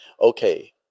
okay